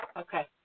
okay